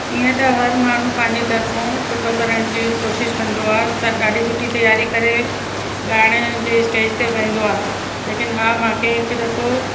ईअं त हर माण्हू पंहिंजी तरफ़ूं सुठो करण जी कोशिशि कंदो आहे स ॾाढी सुठी तयारी करे ॻाइण जी स्टेज ते वेंदो आहे लेकिन हा मूंखे हिकु दफो